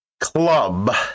club